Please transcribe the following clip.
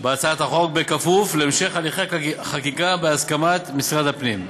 בהצעת החוק בכפוף להמשך הליכי חקיקה בהסכמת משרד הפנים.